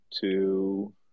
two